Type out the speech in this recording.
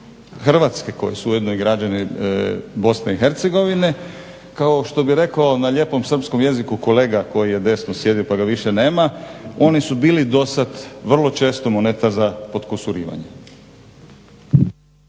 građani RH koji su ujedno i građani BiH kao što bi rekao na lijepom srpskom jeziku kolega koji je desno sjedio pa ga više nema oni su bili dosad vrlo često moneta za potkusurivanje.